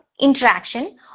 interaction